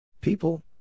People